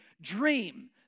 dream